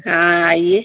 हाँ आइए